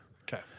Okay